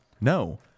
No